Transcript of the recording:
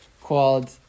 called